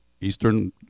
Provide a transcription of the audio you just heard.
Eastern